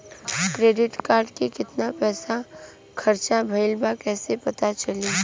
Credit card के कितना पइसा खर्चा भईल बा कैसे पता चली?